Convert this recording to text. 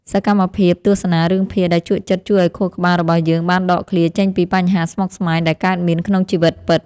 សកម្មភាពទស្សនារឿងភាគដែលជក់ចិត្តជួយឱ្យខួរក្បាលរបស់យើងបានដកឃ្លាចេញពីបញ្ហាស្មុគស្មាញដែលកើតមានក្នុងជីវិតពិត។